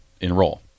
enroll